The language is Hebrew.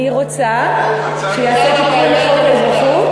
אני רוצה שייעשה תיקון לחוק האזרחות,